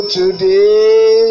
today